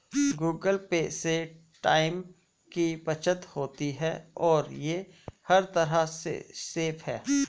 Google Pay से time की बचत होती है और ये हर तरह से सेफ है